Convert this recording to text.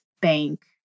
bank